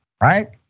right